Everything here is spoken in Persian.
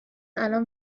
الان